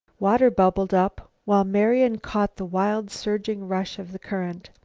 water bubbled up, while marian caught the wild surging rush of the current.